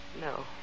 No